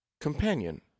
Companion